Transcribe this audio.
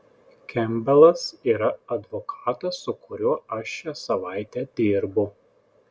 kempbelas yra advokatas su kuriuo aš šią savaitę dirbu